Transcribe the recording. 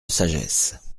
sagesse